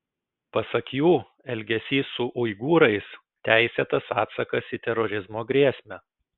pasak jų elgesys su uigūrais teisėtas atsakas į terorizmo grėsmę